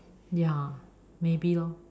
ya maybe lor